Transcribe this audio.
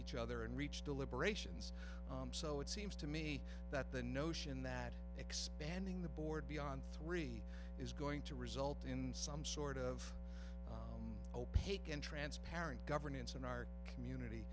each other and reach deliberations so it seems to me that the notion that expanding the board beyond three is going to result in some sort of opaque untransparent governance in our community